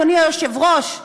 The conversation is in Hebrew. אדוני היושב-ראש,